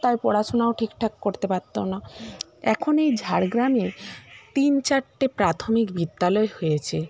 তাই পড়াশুনাও ঠিক ঠাক করতে পারতো না এখন এই ঝাড়গ্রামে তিন চারটে প্রাথমিক বিদ্যালয় হয়েছে